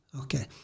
Okay